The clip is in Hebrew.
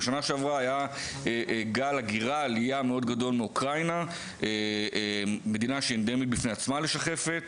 בשנה שעברה היה גל עלייה גדול מאוקראינה שהיא מדינה אנדמית לשחפת.